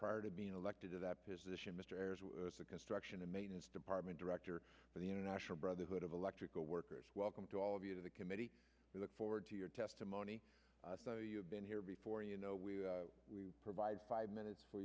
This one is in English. prior to being elected to that position mr ayres the construction and maintenance department director for the international brotherhood of electrical workers welcome to all of you to the committee we look forward to your testimony you've been here before you know we we provide five minutes for